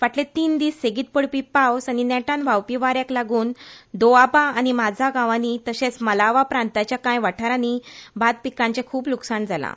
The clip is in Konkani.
फाटले तीन दीस सेगीत पडपी पावस आनी नेटान व्हावपी वाऱ्याक लागून दोआबा आनी माझा भागांनी तशेंच मालवा प्रांताच्या कांय वाठारांनी भात पिकांचे खूप लूकसाण जालां